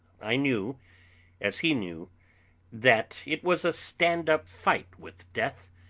i knew as he knew that it was a stand-up fight with death,